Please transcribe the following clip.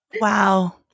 Wow